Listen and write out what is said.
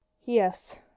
Yes